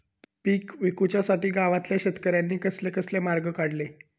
पीक विकुच्यासाठी गावातल्या शेतकऱ्यांनी कसले कसले मार्ग काढले?